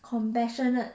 compassionate